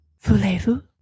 Voulez-vous